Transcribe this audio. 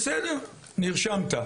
בסדר, נרשמת.